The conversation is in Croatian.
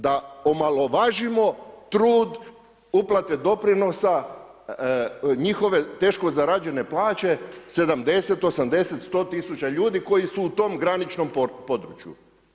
Da omalovažimo trud uplate doprinosa, njihove teško zarađene plaće 70, 80, 100 000 ljudi koji su u tom graničnom području.